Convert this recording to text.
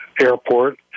airport